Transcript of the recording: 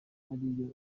ariyo